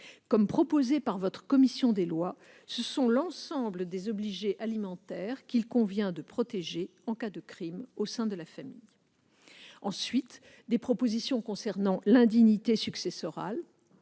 Comme le propose la commission des lois du Sénat, ce sont l'ensemble des obligés alimentaires qu'il convient de protéger en cas de crime au sein de la famille. Viennent ensuite des propositions concernant l'indignité successorale